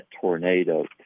tornado